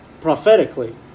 prophetically